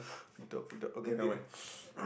free talk free talk okay nevermind